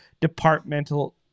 departmental